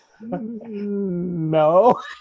no